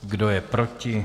Kdo je proti?